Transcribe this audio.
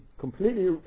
completely